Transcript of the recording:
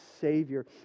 savior